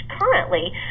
currently